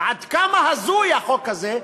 ועד כמה הזוי החוק הזה,